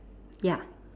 ya